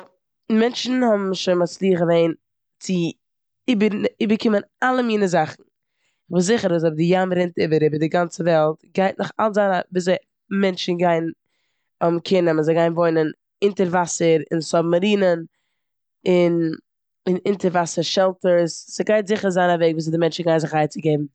מענטשן האבן שוין מצליח געווען צו איבערנע- איבערקומען אלע מינע זאכן. כ'בין זיכער אז אויב די ים רינט איבער איבער די גאנצע וועלט גייט נאכאלץ זיין א- וויאזוי מענטשן גייען קעיר נעמען. זיי גייען וואוינען אינטערוואסער אין סובמארינען, און אין אונטערוואסער שעלטערס. ס'גייט זיכער זיין א וועג וויאזוי די מענטשן גייען זיך אן עצה געבן.